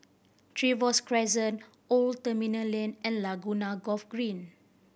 Trevose Crescent Old Terminal Lane and Laguna Golf Green